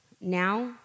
now